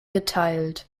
geteilt